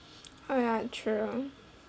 oh ya true